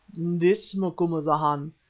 this, macumazahn.